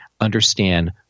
understand